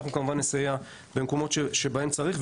ואנחנו כמובן נסייע במקומות שבהם צריך.